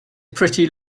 pretty